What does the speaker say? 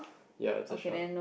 ya it's a shark